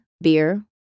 beer